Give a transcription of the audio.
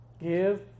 Give